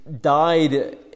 died